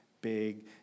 big